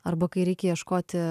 arba kai reikia ieškoti